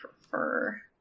prefer